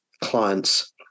clients